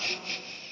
קבוצת סיעת